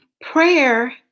Prayer